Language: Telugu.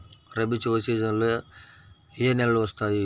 రబీ చివరి సీజన్లో ఏ నెలలు వస్తాయి?